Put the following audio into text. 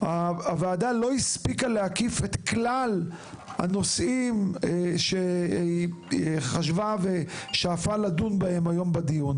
הוועדה לא הספיקה להקיף את כלל הנושאים שהיא חשבה ושאפה לדון בהם בדיון.